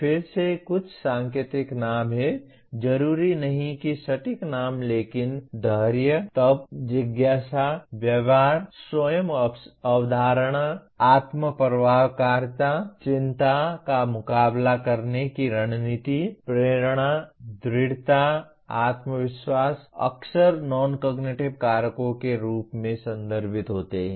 फिर ये कुछ सांकेतिक नाम हैं जरूरी नहीं कि सटीक नाम लेकिन धैर्य तप जिज्ञासा व्यवहार स्वयं अवधारणा आत्म प्रभावकारिता चिंता का मुकाबला करने की रणनीति प्रेरणा दृढ़ता आत्मविश्वास अक्सर नॉन कॉग्निटिव कारकों के रूप में संदर्भित होते हैं